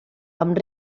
amb